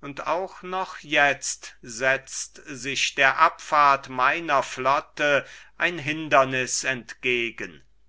und auch noch jetzt setzt sich der abfahrt meiner flotte ein hinderniß entgegen